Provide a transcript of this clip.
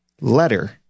letter